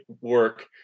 work